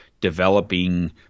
developing